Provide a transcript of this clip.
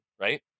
right